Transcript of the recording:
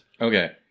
Okay